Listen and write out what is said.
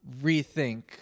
rethink